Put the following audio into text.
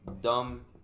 dumb